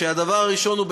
שהדבר הראשון הוא,